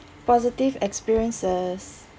positive experiences